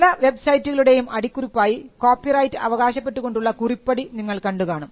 പല വെബ്സൈറ്റുകളുടെയും അടിക്കുറിപ്പായി കോപ്പിറൈറ്റ് അവകാശപ്പെട്ടു കൊണ്ടുള്ള കുറിപ്പടി നിങ്ങൾ കണ്ടു കാണും